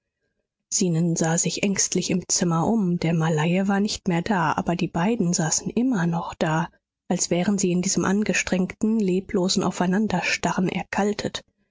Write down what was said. zenon sah sich ängstlich im zimmer um der malaie war nicht mehr da aber die beiden saßen immer noch da als wären sie in diesem angestrengten leblosen aufeinanderstarren erkaltet